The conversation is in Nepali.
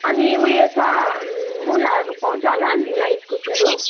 अनि उयो छ मुलाहरू पाउँछ होला मुला इस्कुसहरू